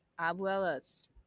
abuelas